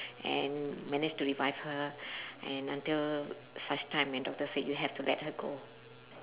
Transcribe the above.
and manage to revive her and until such time the doctor said you have to let her go